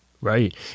Right